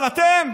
אבל אתם,